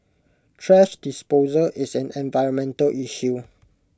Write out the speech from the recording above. thrash disposal is an environmental issue